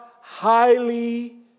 highly